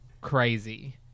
crazy